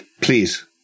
Please